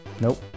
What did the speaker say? nope